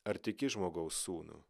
ar tiki žmogaus sūnų